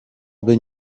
been